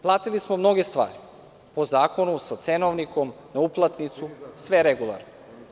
Platili smo mnoge stvari po zakonu, sa cenovnikom, na uplatnicu, sve regularno.